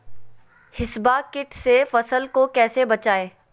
हिसबा किट से फसल को कैसे बचाए?